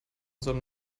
seinem